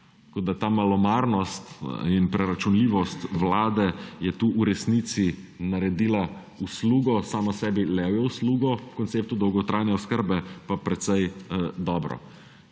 ta malomarnost in preračunljivost vlade je tukaj v resnici naredila uslugo; sama sebi levjo uslugo, konceptu dolgotrajne oskrbe pa precej dobro.